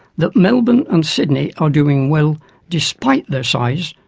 that melbourne and sydney are doing well despite their size,